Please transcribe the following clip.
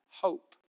hope